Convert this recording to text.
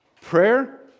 Prayer